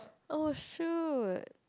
oh shoot